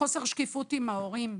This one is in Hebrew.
חוסר שקיפות עם ההורים,